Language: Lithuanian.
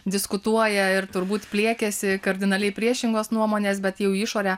diskutuoja ir turbūt pliekiasi kardinaliai priešingos nuomonės bet jau į išorę